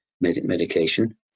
medication